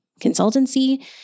consultancy